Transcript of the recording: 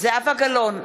זהבה גלאון,